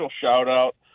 shout-out